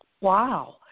Wow